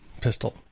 pistol